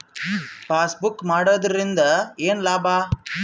Passbook ಮಾಡುದರಿಂದ ಏನು ಲಾಭ?